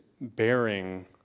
bearing